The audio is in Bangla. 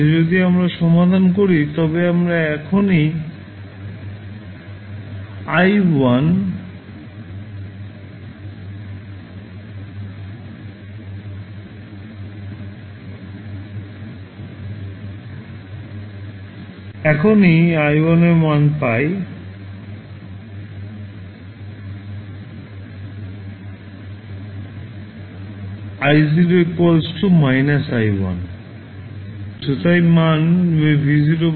যদি আমরা সমাধান করি তবে আমরা এখনই i1 এর মান পাই i0 এর দিকের বিপরীতে যা 1 ভোল্টের মধ্য দিয়ে প্রবাহিত বর্তমানের মান ভোল্টেজ উৎস তাই মান v0 i0